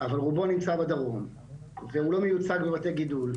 אבל רובו נמצא בדרום והוא לא מיוצג בבתי גידול.